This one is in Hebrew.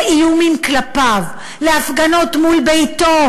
לאיומים כלפיו, להפגנות מול ביתו,